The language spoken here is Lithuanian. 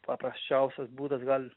paprasčiausias būdas gal